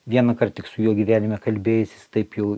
vienąkart tik su juo gyvenime kalbėjasis taip jau